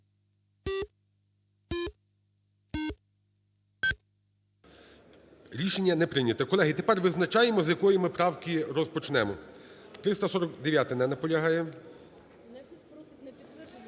Рішення не прийняте. Колеги, тепер визначаємо, з якої ми правки розпочнемо. 349-а. Не наполягає.